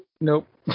Nope